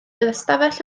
ystafell